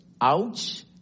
ouch